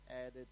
added